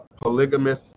polygamous